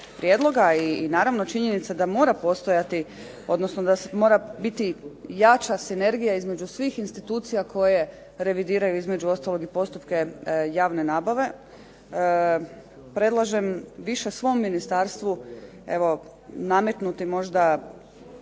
i naravno činjenica da mora biti jača sinergija između svih institucija koje revidiraju između ostalog i postupke javne nabave, predlažem više svom Ministarstvu nametnuti možda